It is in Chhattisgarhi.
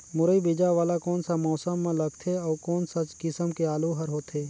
मुरई बीजा वाला कोन सा मौसम म लगथे अउ कोन सा किसम के आलू हर होथे?